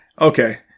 okay